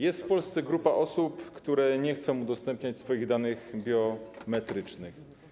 Jest w Polsce grupa osób, które nie chcą udostępniać swoich danych biometrycznych.